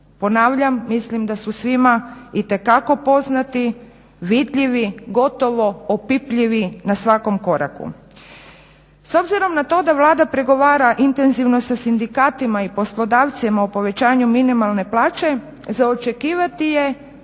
Ponavljam, mislim da su svima itekako poznati, vidljivi gotovo opipljivi na svakom koraku. S obzirom na to da Vlada pregovara intenzivno sa sindikatima i poslodavcima o povećanju minimalne plaće za očekivati je